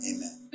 Amen